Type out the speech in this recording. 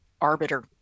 arbiter